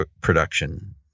production